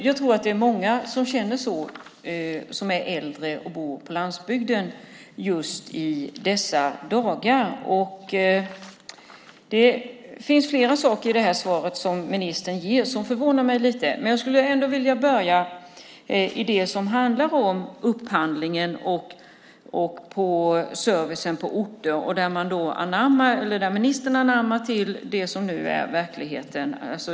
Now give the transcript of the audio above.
Jag tror att det är många som är äldre och bor på landsbygden som känner så just i dessa dagar. Det finns flera saker i det svar som ministern ger som förvånar mig lite. Men jag skulle ändå vilja börja med det som handlar om upphandlingen och servicen på orter, där ministern anammar det som nu är verkligheten.